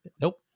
Nope